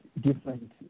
different